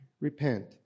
repent